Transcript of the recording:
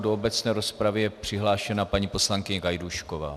Do obecné rozpravy je přihlášena paní poslankyně Gajdůšková.